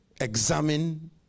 examine